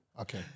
okay